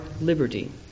liberty